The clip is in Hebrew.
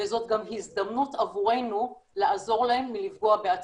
וזאת גם הזדמנות עבורנו לעזור להם מלפגוע בעצמם.